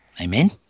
Amen